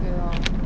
okay lor